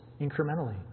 incrementally